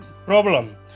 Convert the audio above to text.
Problem